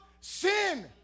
sin